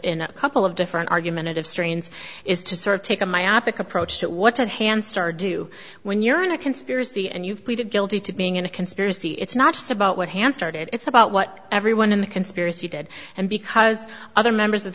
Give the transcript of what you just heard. in a couple of different argumentative strains is to sort of take a myopic approach that what's at hand star do when you're in a conspiracy and you've pleaded guilty to being in a conspiracy it's not just about what hand started it's about what everyone in the conspiracy did and because other members of